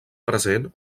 present